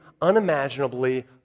unimaginably